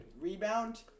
rebound